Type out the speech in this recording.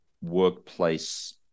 workplace